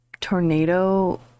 tornado